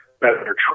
better